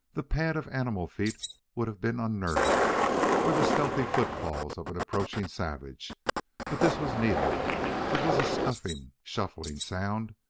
the pad of animal feet would have been unnerving or the stealthy footfalls of an approaching savage but this was neither it was a scuffing, shuffling sound.